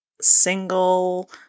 single